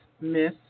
Miss